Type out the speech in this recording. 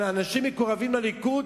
אנשים המקורבים לליכוד,